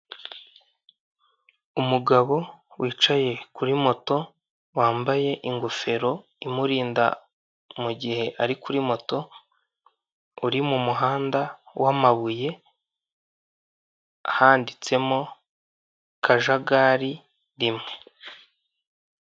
Umugabo wicaye kuri moto, wambaye ingofero imurinda mu gihe ari kuri moto, uri mu muhanda w'amabuye, handitsemo kajagali, rimwe.